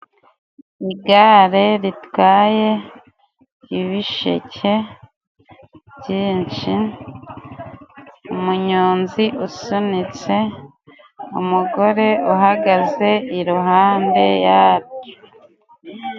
Igare ritwaye ibisheke byinshi, umunyonzi usunitse, umugore uhagaze iruhande yaryo.